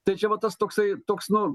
tai čia va tas toksai toks nu